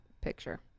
picture